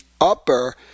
upper